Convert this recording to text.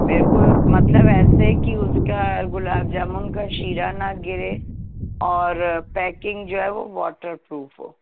میرے کو مطلب ایسے کہ اس کا گلاب جامن کا شیرہ نہ گرے اور پیکنگ جو ہے وہ واٹر پروف ہو